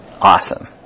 Awesome